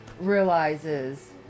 realizes